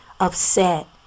upset